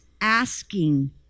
asking